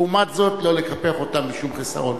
ולעומת זאת לא לקפח אותם בשום חיסרון.